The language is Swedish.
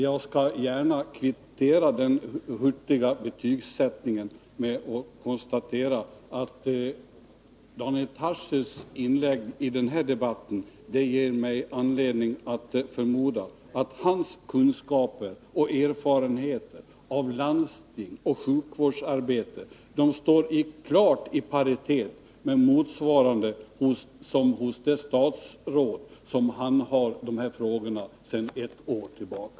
Jag skall gärna kvittera den hurtiga betygsättningen med att konstatera, att Daniel Tarschys inlägg i den här debatten ger mig anledning att förmoda att hans kunskaper om och erfarenheter av landstingsoch sjukvårdsarbete står i klar paritet med motsvarande hos det statsråd som handhar de här frågorna sedan ett år tillbaka.